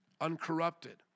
uncorrupted